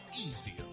easier